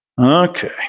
Okay